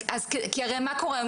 כי הרי מה קורה היום?